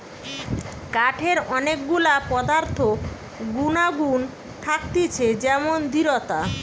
কাঠের অনেক গুলা পদার্থ গুনাগুন থাকতিছে যেমন দৃঢ়তা